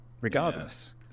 regardless